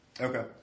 Okay